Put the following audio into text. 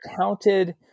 counted